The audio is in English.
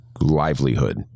livelihood